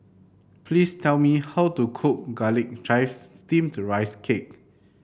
please tell me how to cook Garlic Chives Steamed Rice Cake